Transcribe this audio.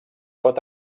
pot